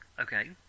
Okay